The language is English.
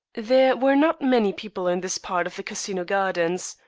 there were not many people in this part of the casino gardens.